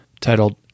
titled